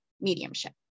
mediumship